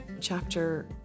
chapter